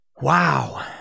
Wow